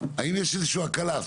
האם יש איזושהי הקלה?